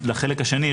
לחלק השני,